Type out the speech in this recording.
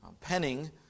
penning